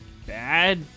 Bad